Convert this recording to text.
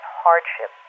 hardship